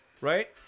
right